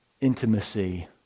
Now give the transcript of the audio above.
intimacy